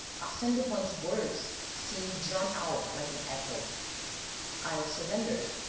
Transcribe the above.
arsene lupin's words seemed drawn-out like an echo i surrender!